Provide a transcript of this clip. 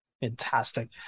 fantastic